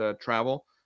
travel